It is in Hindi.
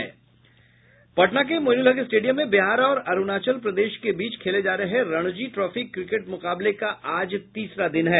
पटना के मोइनुल हक स्टेडियम में बिहार और अरूणाचल प्रदेश के बीच खेले जा रहे रणजी ट्राफी क्रिकेट मुकाबले का आज तीसरा दिन है